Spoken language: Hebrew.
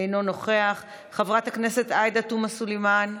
אינו נוכח, חברת הכנסת עאידה תומא סלימאן,